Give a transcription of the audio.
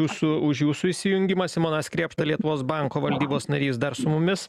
jūsų už jūsų įsijungimą simonas krėpšta lietuvos banko valdybos narys dar su mumis